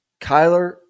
kyler